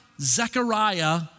Zechariah